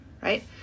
right